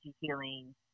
healing